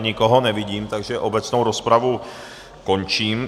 Nikoho nevidím, takže obecnou rozpravu končím.